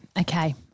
okay